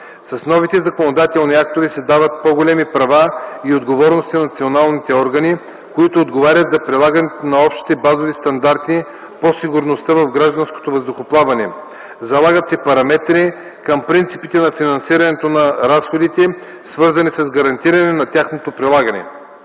С новите законодателни актове се дават по-големи права и отговорности на националните органи, които отговарят за прилагането на общите базови стандарти по сигурността в гражданското въздухоплаване, залагат се параметри към принципите на финансирането на разходите, свързани с гарантиране на тяхното прилагане.